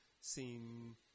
seem –